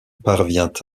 parvient